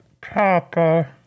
proper